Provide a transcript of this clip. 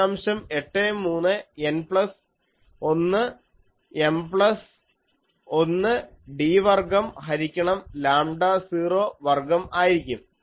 83 N plus 1 M plus 1 d വർഗ്ഗം ഹരിക്കണം lambda 0 വർഗ്ഗം ആയിരിക്കും